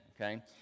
okay